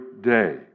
day